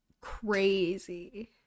Crazy